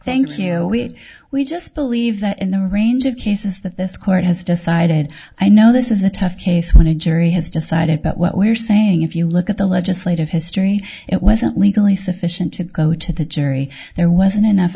thank you we just believe that in the range of cases that this court has decided i know this is a tough case when a jury has decided but what we are saying if you look at the legislative history it wasn't legally sufficient to go to the jury there wasn't enough